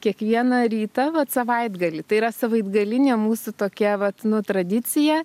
kiekvieną rytą vat savaitgalį tai yra savaitgalinė mūsų tokia vat nu tradiciją